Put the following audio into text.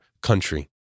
country